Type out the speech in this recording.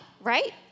right